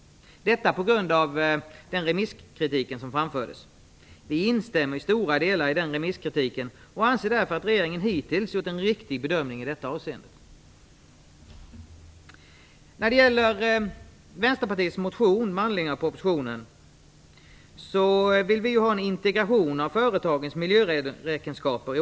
Vi instämmer till stora delar i den remisskritiken och anser att regeringen hittills gjort en riktig bedömning i detta avseende. I Vänsterpartiets motion med anledning av propositionen framhåller vi att vi vill ha en integration i årsredovisningen av företagens miljöräkenskaper.